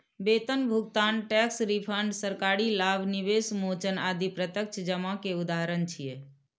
वेतन भुगतान, tax refund, सरकारी लाभ, निवेश मोचन आदि प्रत्यक्ष जमा के उदाहरण छियै